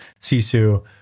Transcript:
Sisu